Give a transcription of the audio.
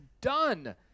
done